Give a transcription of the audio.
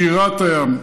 שירת הים,